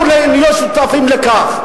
אנחנו לא שותפים לכך.